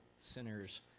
sinners